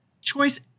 Choice